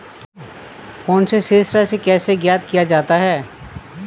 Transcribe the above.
Phone से शेष राशि कैसे ज्ञात किया जाता है?